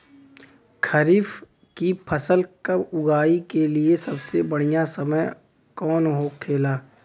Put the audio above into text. खरीफ की फसल कब उगाई के लिए सबसे बढ़ियां समय कौन हो खेला?